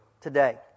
today